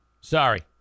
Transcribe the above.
Sorry